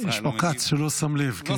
יש פה כץ שלא שם לב.